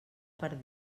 per